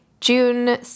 June